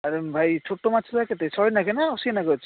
ଆରେ ଭାଇ ଛୋଟ ମାଛ ଗୁଡ଼ା କେତେ ଶହେ ଲେଖାଏଁ ନା ଅଶି ଲେଖାଏଁ ଅଛି